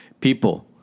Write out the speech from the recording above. people